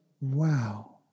wow